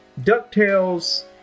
DuckTales